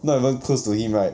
not even close to him right